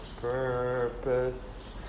purpose